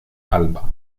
alba